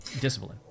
discipline